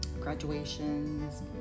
graduations